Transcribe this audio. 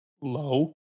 low